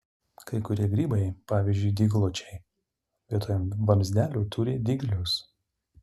kai kurie grybai pavyzdžiui dyglučiai vietoj vamzdelių turi dyglius